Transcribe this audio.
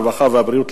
הרווחה והבריאות,